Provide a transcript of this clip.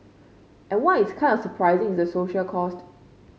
and what is kind of surprising is the social cost